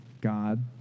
God